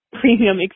premium